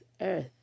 earth